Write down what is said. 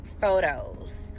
photos